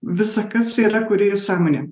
visa kas yra kūrėjo sąmonė